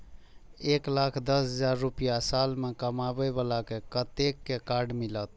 एक लाख दस हजार रुपया साल में कमाबै बाला के कतेक के कार्ड मिलत?